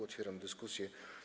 Otwieram dyskusję.